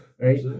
Right